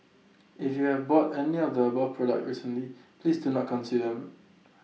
if you have bought any of the above products recently please do not consume them